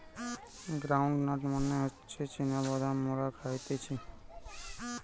ground nut মানে হতিছে চীনা বাদাম মোরা খাইতেছি